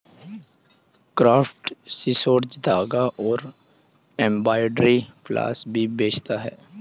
craft resources धागा और embroidery floss भी बेचता है